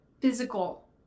physical